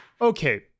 okay